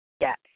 Yes